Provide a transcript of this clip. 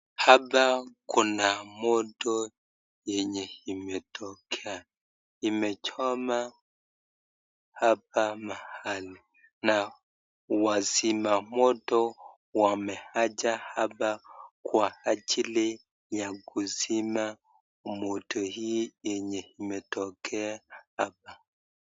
Hapa kuna moto yenye imetokea imechoma hapa mahali, na wasima moto wameaja hapa kwa ajili ya kusima moto hii yenye imetokea hapa.